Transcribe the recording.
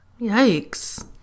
Yikes